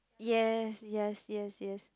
yes yes yes yes